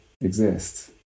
exist